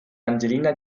angelina